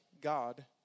God